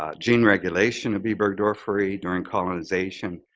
ah gene regulation of b. burgdorferi during colonization,